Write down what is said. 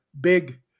big